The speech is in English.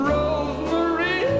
Rosemary